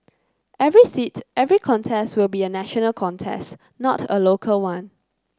every seat every contest will be a national contest not a local one